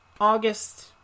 August